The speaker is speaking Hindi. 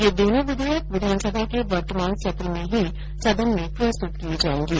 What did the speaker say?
ये दोनों विधेयक विधानसभा के वर्तमान सत्र में ही सदन में प्रस्तुत किए जाएंगे